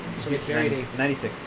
96